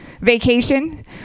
vacation